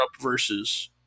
versus